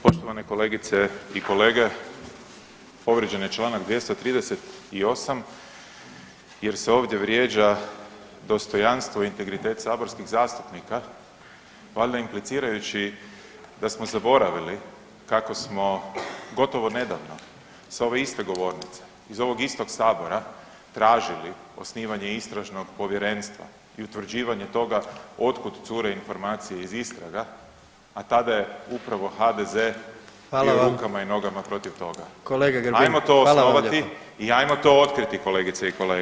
Poštovane kolegice i kolege, povrijeđen je čl. 238. jer se ovdje vrijeđa dostojanstvo i integritet saborskih zastupnika valjda implicirajući da smo zaboravili kako smo gotovo nedavno sa ove iste govornice iz ovog istog sabora tražili osnivanje istražnog povjerenstva i utvrđivanje toga otkud cure informacije iz istraga, a tada je upravo HDZ bio rukama i nogama protiv toga [[Upadica: Kolega Grbin, hvala vam lijepo]] Ajmo to osnovati i ajmo to otkriti kolegice i kolege.